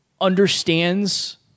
understands